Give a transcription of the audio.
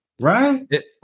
right